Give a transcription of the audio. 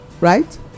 right